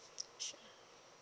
sure